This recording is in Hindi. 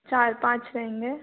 चार पाँच रहेंगे